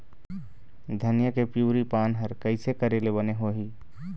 धनिया के पिवरी पान हर कइसे करेले बने होही?